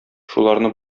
шуларны